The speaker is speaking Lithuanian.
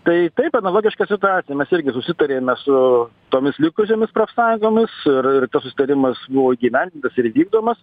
tai taip analogiška situacija mes irgi susitarėme su tomis likusiomis profsąjungomis ir ir tas susitarimas buvo įgyvendintas ir įvykdomas